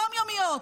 יום-יומיות,